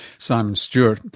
simon stewart.